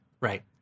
Right